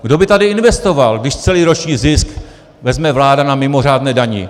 Kdo by tady investoval, když celý roční zisk vezme vláda na mimořádné dani?